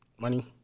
Money